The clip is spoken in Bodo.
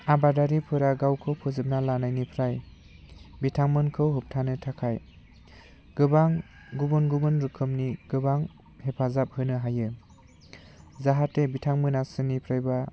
आबादारिफोरा गावखौ फोजोबना लानायनिफ्राय बिथांमोनखौ होबथानो थाखाय गोबां गुबुन गुबुन रोखोमनि गोबां हेफाजाब होनो हायो जाहाथे बिथांमोना सोरनिफ्रायबा